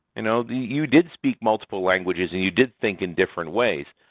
you know you did speak multiple languages and you did think in different ways,